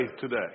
today